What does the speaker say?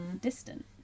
distant